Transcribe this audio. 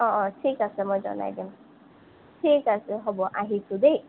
অঁ অঁ ঠিক আছে মই জনাই দিম ঠিক আছে হ'ব আহিছোঁ দেই